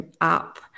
up